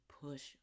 push